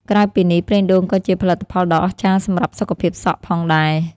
ក្រៅពីនេះ ប្រេងដូងក៏ជាផលិតផលដ៏អស្ចារ្យសម្រាប់ សុខភាពសក់ ផងដែរ។